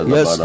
Yes